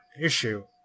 issue